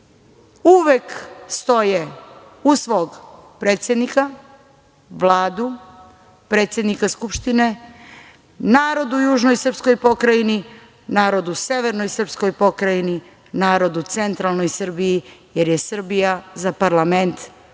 uvek stoje uz svog predsednika, Vladu, predsednika Skupštine, narod u južnoj srpskoj pokrajini, narod u severnoj srpskoj pokrajini, narod u centralnoj Srbiji, jer je Srbija za parlament jedinstvena